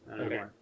Okay